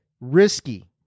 risky